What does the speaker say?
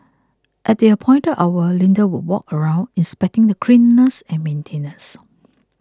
at the appointed hour Linda would walk around inspecting the cleanliness and maintenance